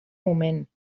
moment